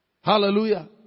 Hallelujah